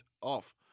off